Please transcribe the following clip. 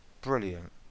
Brilliant